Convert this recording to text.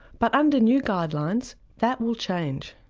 but under new guidelines that will change.